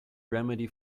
remedy